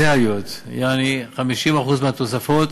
דיפרנציאליות, יעני, 50% מהתוספות